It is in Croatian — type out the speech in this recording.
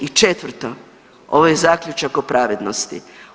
I četvrto, ovo je zaključak o pravednosti.